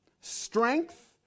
strength